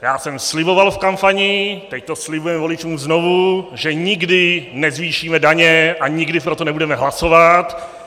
Já jsem sliboval v kampani, teď to slibujeme voličům znovu, že nikdy nezvýšíme daně a nikdy pro to nebudeme hlasovat.